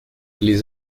les